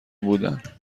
بودن